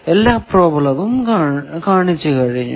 എല്ലാ പ്രോബ്ലവും കാണിച്ചു കഴിഞ്ഞു